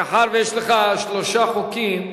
מאחר שיש לך שלושה חוקים,